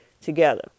together